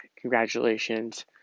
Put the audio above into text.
congratulations